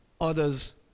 Others